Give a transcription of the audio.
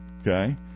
okay